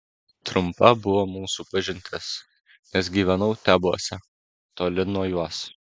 trumpa buvo mūsų pažintis nes gyvenau tebuose toli nuo jos